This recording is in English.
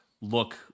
look